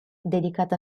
dedicata